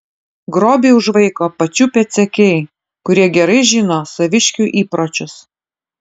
grobį užvaiko pačių pėdsekiai kurie gerai žino saviškių įpročius